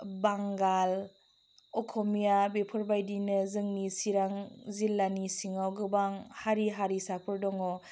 बांगाल अक'मिया बेफोरबायदिनो जोनि चिरां जिल्लानि सिङाव गोबां हारि हारिसाफोर दङ